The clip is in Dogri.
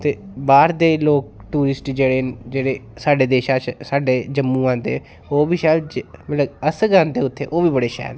ते बाह्र दे लोक टूरिस्ट जेह्ड़े न जेह्ड़े साढ़े देसा च साढ़े जम्मू आंदे ओह् बी शायद अस गै आंदे उत्थे ओह् बी बड़े शैल न